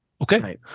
Okay